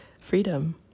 freedom